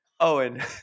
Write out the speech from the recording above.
Owen